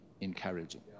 encouraging